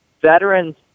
Veterans